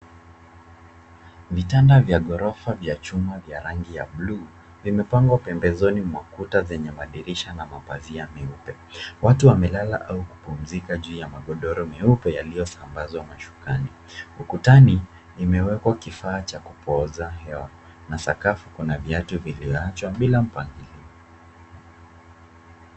Mitanda vya ghorofa vya chuma yenye rangi ya buluu, vimepangwa pembezoni mwa kuta zenye madirisha na mapazia meupe. watu wamelala au kupumzika juu ya magodoro meupe yaliyosambazwa mashukani. Ukutani umewekwa kifaa cha kupooza hewa na sakafu kuna viatu vilivyowachwa bila mpangilio.